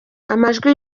amajwi